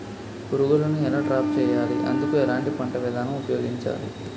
పురుగులను ఎలా ట్రాప్ చేయాలి? అందుకు ఎలాంటి పంట విధానం ఉపయోగించాలీ?